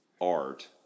art